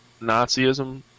Nazism